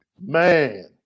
man